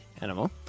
animal